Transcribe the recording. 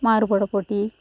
மாறுவேட போட்டி